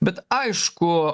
bet aišku